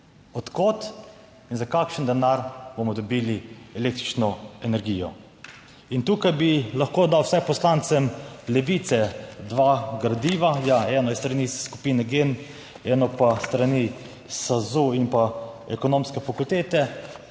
Od kod in za kakšen denar bomo dobili električno energijo. In tukaj bi lahko dal vsaj poslancem Levice dva gradiva, ja, eno je s strani skupine GEN, eno pa s strani SAZU in pa Ekonomske fakultete,